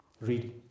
Read